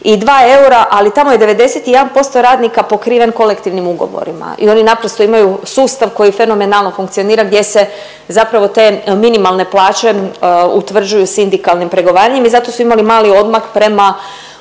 2.382 eura, ali tamo je 91% radnika pokriven kolektivnim ugovorima i oni naprosto imaju sustav koji fenomenalno funkcionira gdje se zapravo te minimalne plaće utvrđuju sindikalnim pregovaranjem i zato su imali mali odmak prema